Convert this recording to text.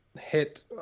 hit